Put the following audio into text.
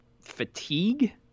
fatigue